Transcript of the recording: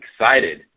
excited